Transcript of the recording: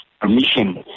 permission